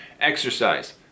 Exercise